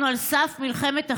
אנחנו על סף מלחמת אחים,